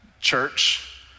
church